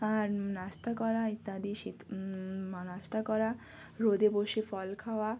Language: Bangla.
আর নাস্তা করা ইত্যাদি শীত বা নাস্তা করা রোদে বসে ফল খাওয়া